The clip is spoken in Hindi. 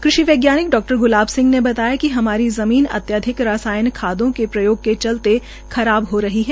क़षि वैज़ानिक डॉ ग्लाब सिंह ने बताया िक हमारी ज़मीन अत्याधिक रासायनिक खादों के प्रयोग के चलते खराब हो रही है